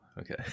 okay